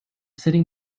sitting